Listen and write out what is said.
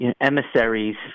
emissaries